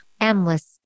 endless